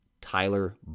Tyler